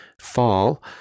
fall